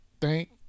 thank